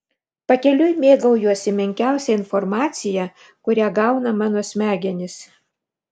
pakeliui mėgaujuosi menkiausia informacija kurią gauna mano smegenys